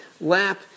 lap